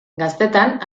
gaztetan